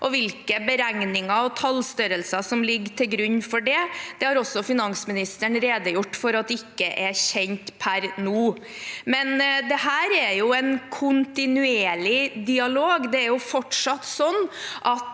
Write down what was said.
og hvilke beregninger og tallstørrelser som ligger til grunn for det, har finansministeren også redegjort for at ikke er kjent per nå. Men dette er jo en kontinuerlig dialog. Det er fortsatt sånn at